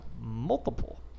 multiple